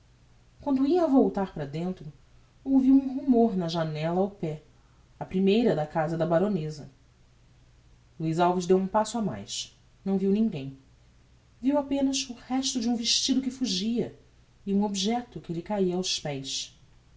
quando ia a voltar para dentro ouviu um rumor na janella ao pé a primeira da casa da baroneza luiz alves deu um passo mais não viu ninguem viu apenas o resto de um vestido que fugia e um objecto que lhe caia aos pés